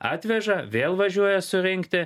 atveža vėl važiuoja surinkti